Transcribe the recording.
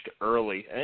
early